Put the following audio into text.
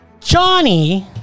Johnny